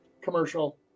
commercial